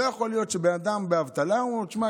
לא יכול להיות שבן אדם באבטלה ואומרים לו: תשמע,